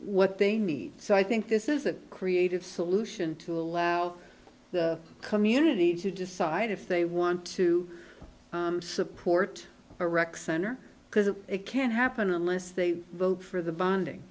what they need so i think this is a creative solution to allow the community to decide if they want to support a rec center because if it can't happen unless they vote for the bonding